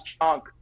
chunk